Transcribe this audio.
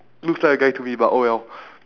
looks like a guy to me but oh well